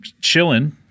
Chilling